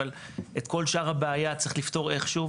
אבל את כל שאר הבעיה צריך לפתור איכשהו,